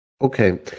Okay